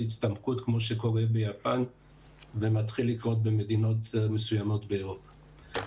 להגיע להצטמקות כמו שקורה ביפן ומתחיל לקרות במדינות מסוימות באירופה.